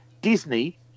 Disney